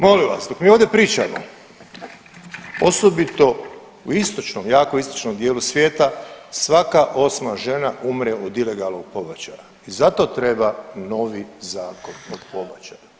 Molim vas, dok mi ovdje pričamo, osobito o istočnom, jako istočnom dijelu svijeta svaka osma žena umre od ilegalnog pobačaja i zato treba novi Zakon o pobačaju.